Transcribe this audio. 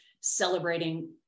celebrating